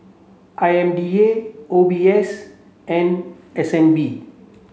I M D A O B S and S N B